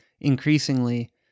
increasingly